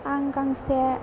आं गांसे